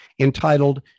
entitled